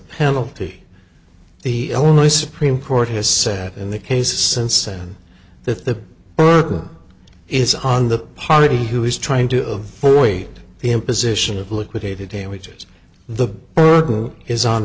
penalty the only supreme court has set in the case since then the burden is on the party who is trying to avoid the imposition of liquidated damages the burden is on